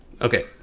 okay